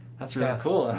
that's really cool.